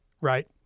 right